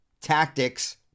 tactics